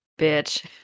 bitch